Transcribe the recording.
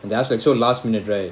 and that's like so last minute right